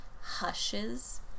hushes